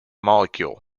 molecule